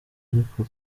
ariko